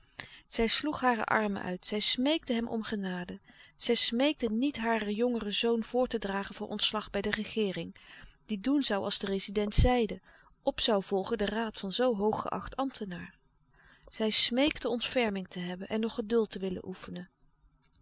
zij sloeg hare armen uit zij smeekte hem om genade zij smeekte niet haar jongeren zoon voor te dragen voor ontslag bij de regeering die doen zoû als de rezident zeide op zoû volgen den raad van zoo hoog geacht ambtenaar zij smeekte ontferming te hebben en nog geduld te willen oefenen